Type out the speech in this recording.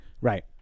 right